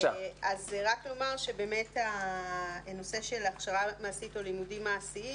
אז רק לומר שבאמת הנושא של הכשרה מעשית או לימודים מעשיים